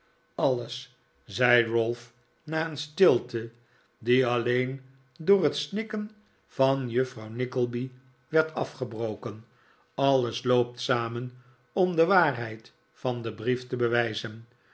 alles zei ralph na een stilte die alleen door het snikken van juffrouw nickleby werd afgebroken alles loopt samen om de waarheid van den brief te bewijzen